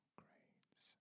grades